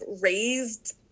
raised